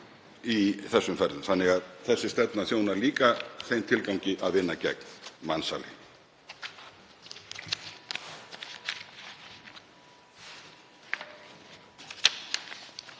í þessu ferli þannig að umrædd stefna þjónar líka þeim tilgangi að vinna gegn mansali.